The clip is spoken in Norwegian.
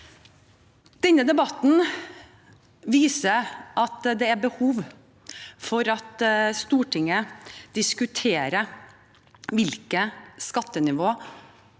Denne debatten viser at det er behov for at Stortinget diskuterer hvilket skattenivå